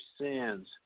sins